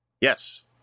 Yes